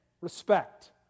respect